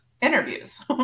interviews